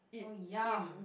oh Yam